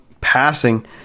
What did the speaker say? passing